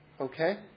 Okay